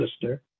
sister